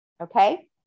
Okay